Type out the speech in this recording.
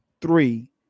three